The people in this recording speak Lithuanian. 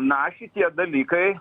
na šitie dalykai